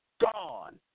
gone